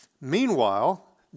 Meanwhile